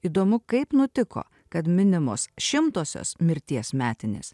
įdomu kaip nutiko kad minimos šimtosios mirties metinės